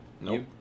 Nope